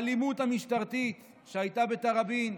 האלימות המשטרתית שהייתה בתראבין,